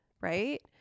Right